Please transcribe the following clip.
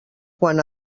quan